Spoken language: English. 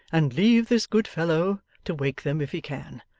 and leave this good fellow to wake them, if he can.